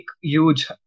huge